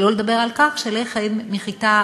שלא לדבר על כך שלחם מחיטה